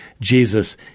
Jesus